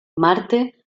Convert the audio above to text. marte